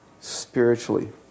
spiritually